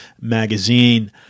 Magazine